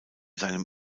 seinem